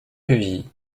quevilly